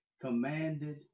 commanded